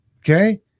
Okay